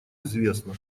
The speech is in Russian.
известна